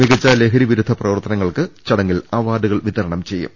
മികച്ച ലഹരി വിരുദ്ധ പ്രവർത്തനങ്ങൾക്ക് ചടങ്ങിൽ അവാർഡുകൾ വിതരണം ചെയ്യും